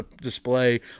display